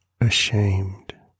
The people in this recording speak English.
ashamed